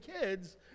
kids